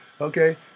Okay